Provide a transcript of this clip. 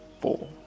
four